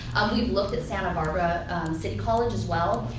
we looked at santa barbara city college as well.